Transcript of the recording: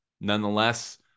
Nonetheless